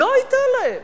לא היתה להם.